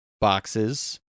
boxes